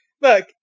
Look